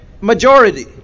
majority